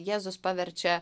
jėzus paverčia